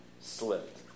slipped